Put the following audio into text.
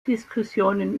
diskussionen